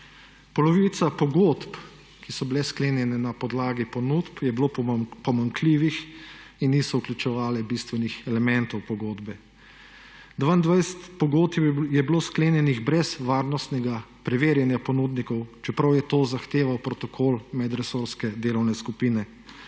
Polovica pogodb, ki so bile sklenjene na podlagi ponudb, je bilo pomanjkljivih in niso vključevale bistvenih elementov pogodbe. 22 pogodb je bilo sklenjenih brez varnostnega preverjanja ponudnikov, čeprav je to zahteval protokol medresorske delovne skupine.